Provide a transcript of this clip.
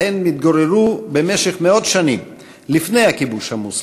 שבהן התגוררו במשך מאות שנים לפני הכיבוש המוסלמי,